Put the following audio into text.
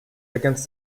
against